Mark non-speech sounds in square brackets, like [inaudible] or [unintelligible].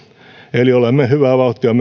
eli olemme hyvää vauhtia [unintelligible]